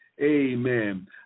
Amen